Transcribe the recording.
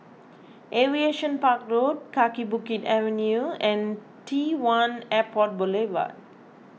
Aviation Park Road Kaki Bukit Avenue and T one Airport Boulevard